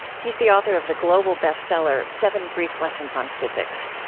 he's the author of the global bestseller, seven brief lessons on physics.